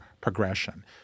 progression